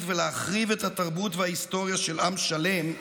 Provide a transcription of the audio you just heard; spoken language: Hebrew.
ולהחריב את התרבות וההיסטוריה של עם שלם,